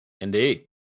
Indeed